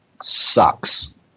sucks